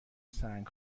سنگ